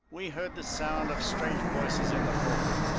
we heard the sound of strange voices in the hall.